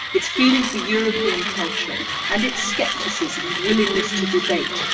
its feeling for european culture, and its skepticism and willingness to debate,